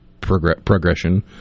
progression